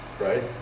right